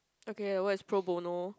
okay what's pro Bono